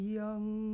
young